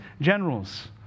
generals